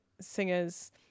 singers